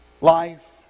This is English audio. life